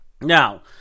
Now